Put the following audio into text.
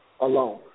alone